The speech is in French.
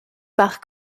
par